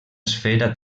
esfera